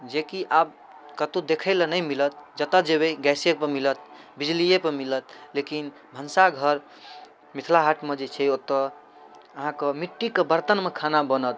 जेकि आब कतहु देखैलए नहि मिलत जतऽ जेबै गैसेपर मिलत बिजलिएपर मिलत लेकिन भनसाघर मिथिला हाटमे जे छै ओतऽ अहाँके मिट्टीके बरतनमे खाना बनत